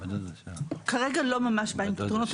אני כרגע לא ממש באה עם פתרונות,